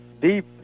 deep